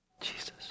Jesus